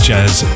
Jazz